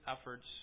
efforts